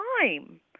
time